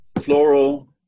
floral